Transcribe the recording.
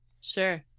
sure